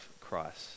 Christ